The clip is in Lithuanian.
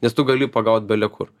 nes tu gali pagaut bele kur